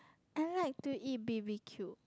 I like to eat B_B_Q